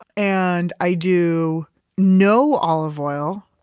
and i do no olive oil.